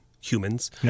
humans